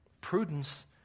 prudence